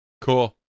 Cool